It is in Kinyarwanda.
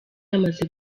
yamaze